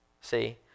See